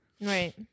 right